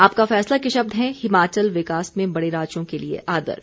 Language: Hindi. आपका फैसला के शब्द है हिमाचल विकास में बड़े राज्यों के लिये आदर्श